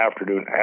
afternoon